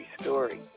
story